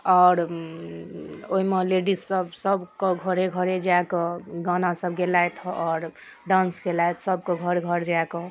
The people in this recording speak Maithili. आओर ओहिमे लेडीजसब सबके घरे घरे जा कऽ गानासब गेलैथि आओर डान्स केलैथि सबके घर घर जा कऽ